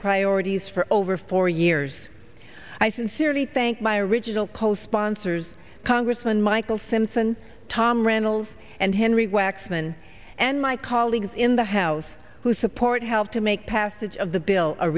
priorities for over four years i sincerely thank my original co sponsors congressman michael simpson tom reynolds and henry waxman and my colleagues in the house who support help to make passage of the bill a